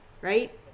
right